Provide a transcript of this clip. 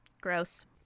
gross